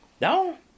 No